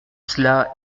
cela